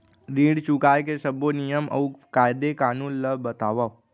ऋण चुकाए के सब्बो नियम अऊ कायदे कानून ला बतावव